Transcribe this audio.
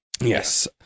Yes